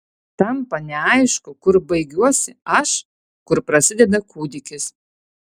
tampa neaišku kur baigiuosi aš kur prasideda kūdikis